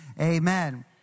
amen